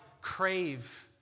crave